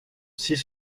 six